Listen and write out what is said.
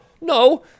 No